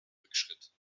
rückschritt